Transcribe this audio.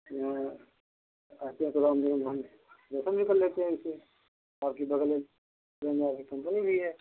हाँ आते हैं थोड़ा बुकिंग भी कर लेते हैं इससे बाकी बगलय भी है